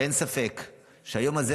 אין ספק שהיום הזה,